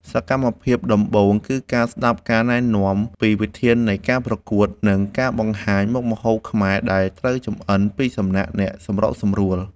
សកម្មភាពដំបូងគឺការស្ដាប់ការណែនាំពីវិធាននៃការប្រកួត និងការបង្ហាញមុខម្ហូបខ្មែរដែលត្រូវចម្អិនពីសំណាក់អ្នកសម្របសម្រួល។